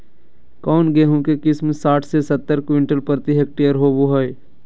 कौन गेंहू के किस्म साठ से सत्तर क्विंटल प्रति हेक्टेयर होबो हाय?